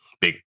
Big